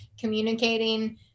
communicating